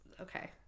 Okay